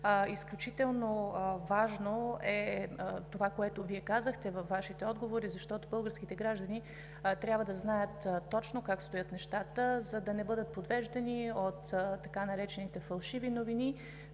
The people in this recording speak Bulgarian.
Изключително важно е това, което казахте във Вашите отговори, защото българските граждани трябва да знаят точно как стоят нещата, за да не бъдат подвеждани от така наречените „фалшиви новини“,